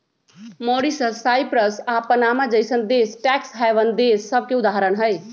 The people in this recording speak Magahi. मॉरीशस, साइप्रस आऽ पनामा जइसन्न देश टैक्स हैवन देश सभके उदाहरण हइ